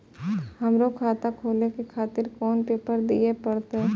हमरो खाता खोले के खातिर कोन पेपर दीये परतें?